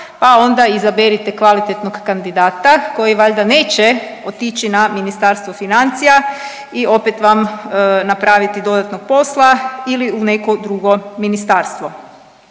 pa onda izaberite kvalitetnog kandidata koji valjda neće otići na Ministarstvo financija i opet vam napraviti dodatnog posla ili u neko drugo ministarstvo.